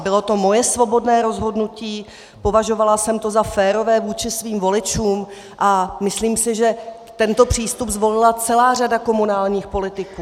Bylo to moje svobodné rozhodnutí, považovala jsem to za férové vůči svým voličům a myslím si, že tento přístup zvolila celá řada komunálních politiků.